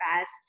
best